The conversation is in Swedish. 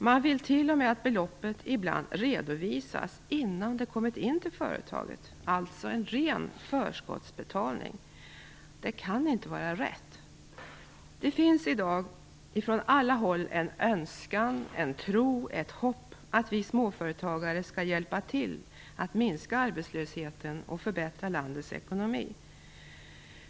Man vill t.o.m. att beloppet ibland redovisas innan det kommit in till företaget, alltså en ren förskottsbetalning. Det kan inte vara rätt! Det finns i dag från alla håll en önskan, en tro och ett hopp att vi småföretagare skall hjälpa till att minska arbetslösheten och förbättra landets ekonomi.